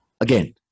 again